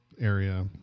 area